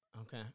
Okay